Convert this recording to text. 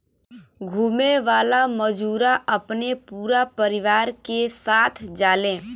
घुमे वाला मजूरा अपने पूरा परिवार के साथ जाले